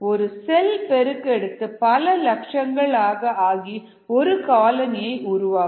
ஒரு செல் பெருக்கெடுத்து பல லட்சங்கள் ஆக ஆகி ஒரு காலனி உருவாக்கும்